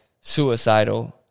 suicidal